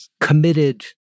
committed